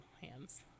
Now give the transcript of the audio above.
hands